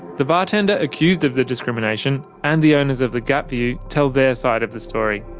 the bartender accused of the discrimination and the owners of the gap view tell their side of the story.